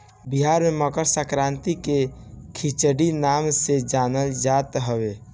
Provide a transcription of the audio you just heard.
बिहार में मकरसंक्रांति के खिचड़ी नाम से जानल जात हवे